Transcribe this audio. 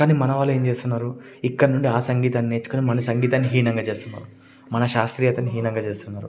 కాని మనవాళ్లు ఏమి చేస్తున్నారు ఇక్కడ నుండి ఆ సంగీతాన్ని నేర్చుకుని మన సంగీతాన్ని హీనంగా చేస్తున్నారు మన శాస్త్రీయతను హీనంగా చేస్తున్నారు